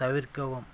தவிர்க்கவும்